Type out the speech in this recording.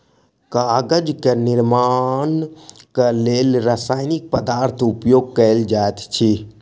कागजक निर्माणक लेल रासायनिक पदार्थक उपयोग कयल जाइत अछि